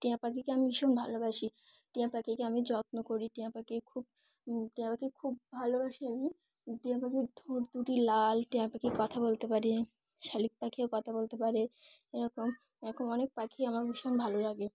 টিয়া পাখিকে আমি ভীষণ ভালোবাসি টিয়া পাখিকে আমি যত্ন করি টিয়া পাখি খুব টিয়া পাখি খুব ভালোবাসি আমি টিয়া পাখি ঠোঁট দুুটি লাল টিয়া পাখি কথা বলতে পারে শালিক পাখিও কথা বলতে পারে এরকম এরকম অনেক পাখি আমার ভীষণ ভালো লাগে